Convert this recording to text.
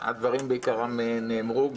שהדברים בעיקרם נאמרו.